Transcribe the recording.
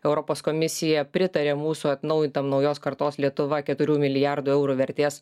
europos komisija pritarė mūsų atnaujintam naujos kartos lietuva keturių milijardų eurų vertės